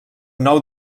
nou